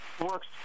works